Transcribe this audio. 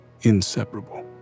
inseparable